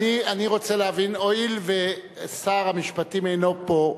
הואיל ושר המשפטים אינו פה,